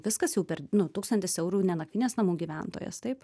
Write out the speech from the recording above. viskas jau per nu tūkstantis eurų ne nakvynės namų gyventojas taip